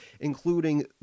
including